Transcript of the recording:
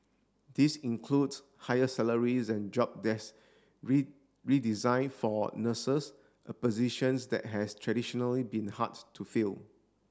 this includes higher salaries and job redesign for nurses a positions that has traditionally been hard to fill